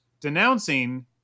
denouncing